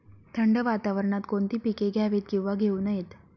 थंड वातावरणात कोणती पिके घ्यावीत? किंवा घेऊ नयेत?